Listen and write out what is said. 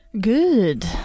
Good